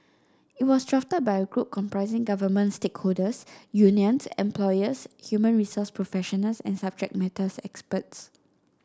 it was drafted by a group comprising government stakeholders unions employers human resource professionals and subject matter experts